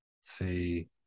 see